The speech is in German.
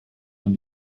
man